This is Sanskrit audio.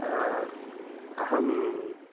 अहं